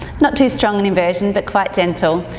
not too strong an inversion but quite gentle,